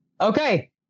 Okay